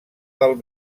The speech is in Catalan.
del